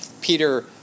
Peter